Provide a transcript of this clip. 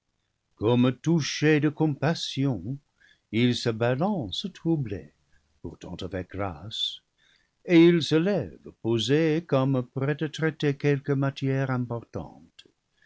comme touché de compassion il se balance troublé pourtant avec grâce et il se lève posé comme prêt à traiter quelque matière importante